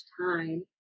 time